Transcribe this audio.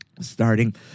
Starting